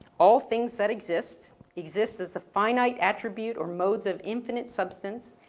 all things that exist exist as the finite attribute or modes of infinite substance.